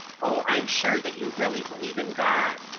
oh, i'm sure that you really believe in god!